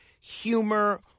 humor